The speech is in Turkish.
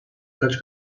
kaç